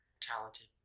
talented